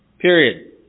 Period